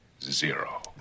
zero